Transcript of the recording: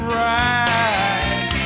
right